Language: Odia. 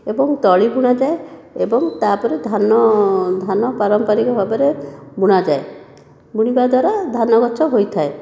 ଏବଂ ତଳି ବୁଣା ଯାଏ ଏବଂ ତାପରେ ଧାନ ଧାନ ପାରମ୍ପାରିକ ଭାବରେ ବୁଣା ଯାଏ ବୁଣିବା ଦ୍ୱାରା ଧାନ ଗଛ ହୋଇଥାଏ